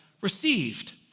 received